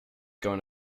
going